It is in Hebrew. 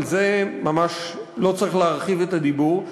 על זה ממש לא צריך להרחיב את הדיבור.